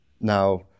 Now